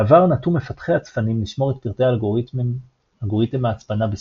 בעבר נטו מפתחי הצפנים לשמור את פרטי אלגוריתם ההצפנה בסוד.